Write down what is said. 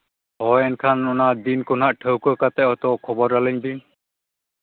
ᱦᱳᱭ ᱮᱱᱠᱷᱟᱱ ᱚᱱᱟ ᱫᱤᱱ ᱠᱚ ᱦᱟᱸᱜ ᱴᱷᱟᱹᱣᱠᱟᱹ ᱠᱟᱛᱮᱫ ᱦᱚᱭᱛᱳ ᱠᱷᱚᱵᱚᱨ ᱟᱹᱞᱤᱧ ᱵᱤᱱ